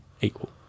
equal